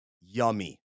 yummy